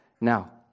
Now